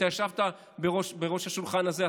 אתה ישבת בראש השולחן הזה,